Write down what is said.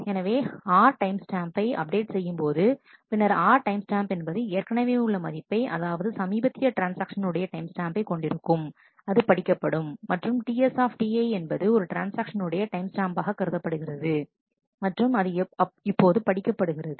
எனவே நீங்கள் R time ஸ்டாம்பை அப்டேட் செய்யும் போது பின்னர் R டைம் ஸ்டாம்ப் என்பது ஏற்கனவே உள்ள மதிப்பை அதாவது சமீபத்திய ட்ரான்ஸ்ஆக்ஷன் உடைய டைம் ஸ்டாம்பை கொண்டிருக்கும் அது படிக்கப்படும் மற்றும் TS என்பது ஒரு ட்ரான்ஸ்ஆக்ஷன் உடைய டைம் ஸ்டாம்பாக கருதப்படுகிறது மற்றும் அது இப்போது படிக்கப்படுகிறது